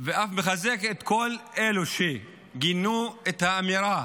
ואף מחזק את כל אלו שגינו את האמירה